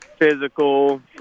physical